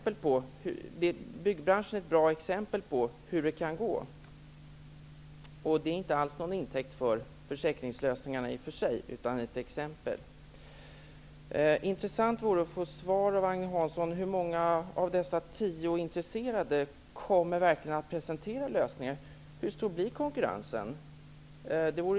Byggbranschen är ett bra exempel på hur det kan gå, och inte någon intäkt för försäkringslösningarna i sig. Det vore intressant att få svar av Agne Hansson på frågorna: Hur många intresserade kommer verkligen att presentera lösningar? Hur stor blir konkurrensen?